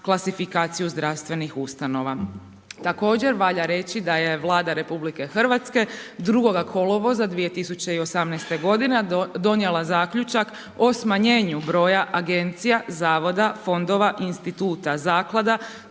klasifikaciju zdravstvenih ustanova. Također valja reći da je Vlada RH 2. kolovoza 2018. g. donijela zaključak o smanjenju broja agencija, zavoda, fondova, instituta, zaklada,